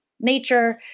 nature